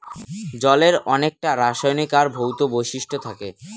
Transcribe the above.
জলের অনেককটা রাসায়নিক আর ভৌত বৈশিষ্ট্য থাকে